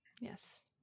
Yes